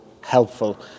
helpful